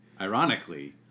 ironically